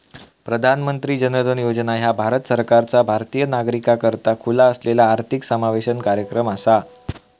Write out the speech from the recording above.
प्रधानमंत्री जन धन योजना ह्या भारत सरकारचा भारतीय नागरिकाकरता खुला असलेला आर्थिक समावेशन कार्यक्रम असा